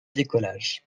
décollage